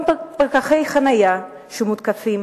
גם פקחי חנייה שמותקפים